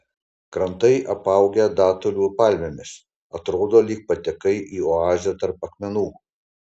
krantai apaugę datulių palmėmis atrodo lyg patekai į oazę tarp akmenų